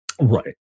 Right